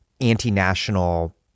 anti-national